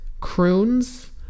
croons